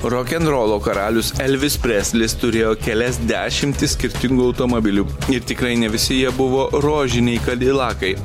rokenrolo karalius elvis preslis turėjo kelias dešimtis skirtingų automobilių ir tikrai ne visi jie buvo rožiniai kadilakai